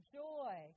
joy